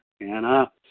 Anna